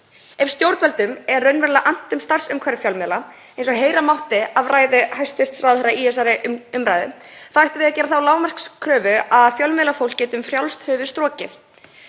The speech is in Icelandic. Ef stjórnvöldum er raunverulega annt um starfsumhverfi fjölmiðla, eins og heyra mátti af ræðu hæstv. ráðherra í þessari umræðu, ættum við að gera þá lágmarkskröfu að fjölmiðlafólk geti um frjálst höfuð strokið,